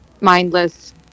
mindless